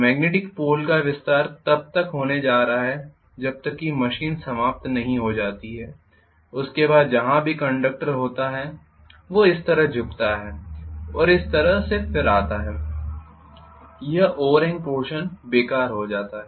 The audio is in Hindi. मॅग्नेटिक पोल का विस्तार तब तक होने जा रहा है जब तक कि मशीन समाप्त नहीं हो जाती है उसके बाद जहां भी कंडक्टर होता है वो इस तरह झुकता है और इस तरह से फिर आता है यह ओवरहेंग पोर्षन बेकार हो जाता है